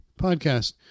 podcast